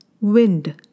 wind